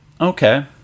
okay